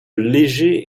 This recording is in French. léger